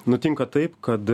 nutinka taip kad